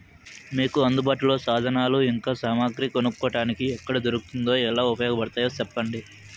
మీకు అందుబాటులో సాధనాలు ఇంకా సామగ్రి కొనుక్కోటానికి ఎక్కడ దొరుకుతుందో ఎలా ఉపయోగపడుతాయో సెప్పండి?